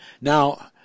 now